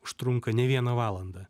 užtrunka ne vieną valandą